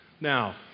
Now